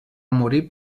morir